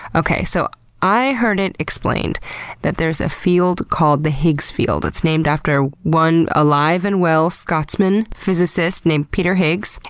okay, so i heard it explained that there is a field called the higgs field. it's named after one alive and well scotsman physicist named peter higgs.